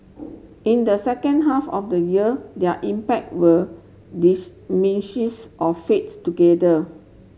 in the second half of the year their impact will or fades together